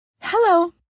Hello